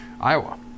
Iowa